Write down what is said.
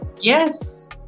Yes